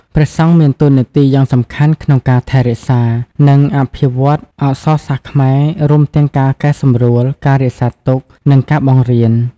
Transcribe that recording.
ព្រះសង្ឃមានតួនាទីយ៉ាងសំខាន់ក្នុងការថែរក្សា និងអភិវឌ្ឍន៍អក្សរសាស្ត្រខ្មែរ រួមទាំងការកែសម្រួល ការរក្សាទុក និងការបង្រៀន។